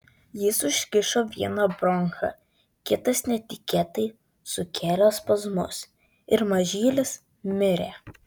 jis užkišo vieną bronchą kitas netikėtai sukėlė spazmus ir mažylis mirė